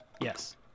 Yes